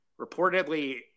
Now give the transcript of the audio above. reportedly